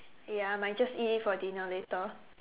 ya I might just eat it for dinner later